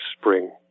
spring